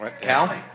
Cal